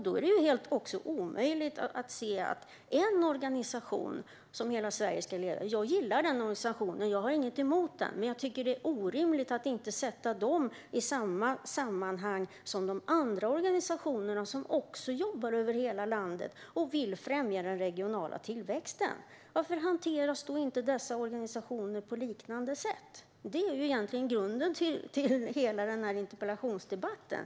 Då är det helt omöjligt när det gäller en organisation som Hela Sverige ska leva. Jag gillar den organisationen och har ingenting emot den. Men det är orimligt att inte sätta den i samma sammanhang som de andra organisationerna, som också jobbar över hela landet och vill främja den regionala tillväxten. Varför hanteras inte dessa organisationer på liknande sätt? Det är grunden till hela interpellationsdebatten.